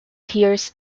hears